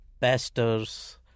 pastors